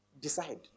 Decide